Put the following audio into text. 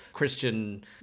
Christian